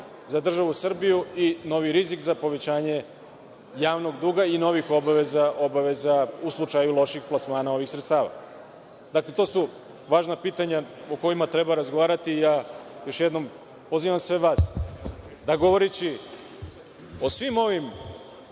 za državu Srbiju i novi rizik za povećanje javnog duga i novih obaveza u slučaju loših plasmana ovih sredstava? To su važna pitanja o kojima treba razgovarati. Još jednom pozivam sve vas da govoreći o svim ovim